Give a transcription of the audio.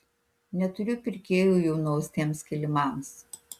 neturiu pirkėjų jau nuaustiems kilimams